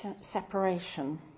separation